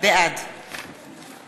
בעד